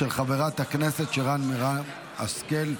של חברת הכנסת שרן מרים השכל.